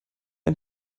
ein